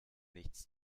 nichts